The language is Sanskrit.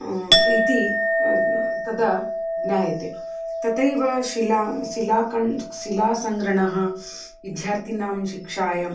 इति तदा ज्ञायते ततैव शिला शिलाखण्डाः शिलासङ्ग्रहः विध्यार्थिनां शिक्षायां